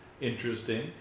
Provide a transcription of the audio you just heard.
Interesting